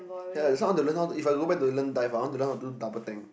ya that's why I want to learn how to if I go back to learn dive I want to learn do double tank